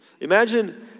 Imagine